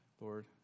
Lord